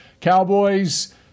Cowboys –